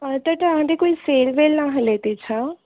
और त तव्हां ॾिए कोई सेल वेल न हले थी छा